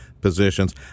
positions